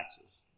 taxes